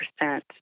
percent